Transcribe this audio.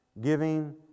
Giving